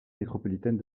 métropolitaine